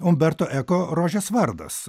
umberto eko rožės vardas